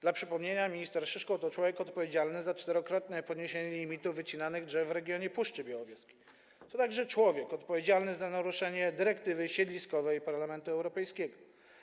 Dla przypomnienia, minister Szyszko to człowiek odpowiedzialny za czterokrotne podniesienie limitu wycinanych drzew w rejonie Puszczy Białowieskiej, to także człowiek odpowiedzialny za naruszenie dyrektywy siedliskowej Parlamentu Europejskiego.